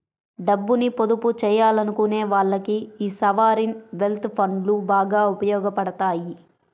డబ్బుని పొదుపు చెయ్యాలనుకునే వాళ్ళకి యీ సావరీన్ వెల్త్ ఫండ్లు బాగా ఉపయోగాపడతాయి